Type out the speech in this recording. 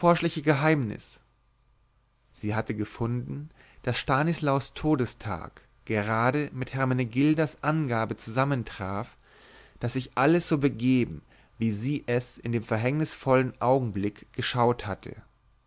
geheimnis sie hatte gefunden daß stanislaus todestag gerade mit hermenegildas angabe zusammentraf daß sich alles so begeben wie sie es in dem verhängnisvollen augenblick geschaut hatte